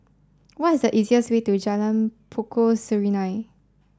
what is the easiest way to Jalan Pokok Serunai